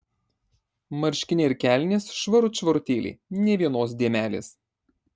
marškiniai ir kelnės švarut švarutėliai nė vienos dėmelės